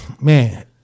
Man